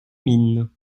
mines